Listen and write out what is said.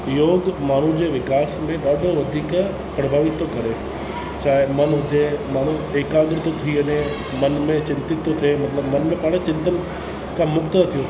योग माण्हुनि जे विकास में ॾाढो वधीक प्रभावित थो करे चाहे मनु हुजे माण्हू एकाग्रित थो थी वञे मन में चिंतित थो थिए मतिलबु मन में पाण चिंतन खां मुक्त था थियूं